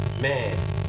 Man